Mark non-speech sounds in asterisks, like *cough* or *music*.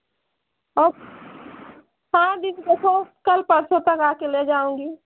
हाँ *unintelligible* कल परसों तक आकर ले जाऊँगी